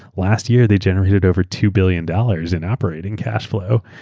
last year they generated over two billion dollars in operating cash flow.